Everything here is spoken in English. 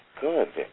Good